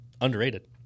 Underrated